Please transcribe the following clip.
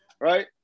Right